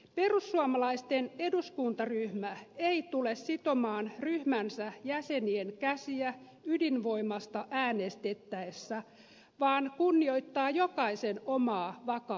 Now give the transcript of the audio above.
perussuomalaisten eduskuntaryhmä ei tule sitomaan ryhmänsä jäsenien käsiä ydinvoimasta äänestettäessä vaan kunnioittaa jokaisen omaa vakaumusta